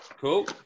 Cool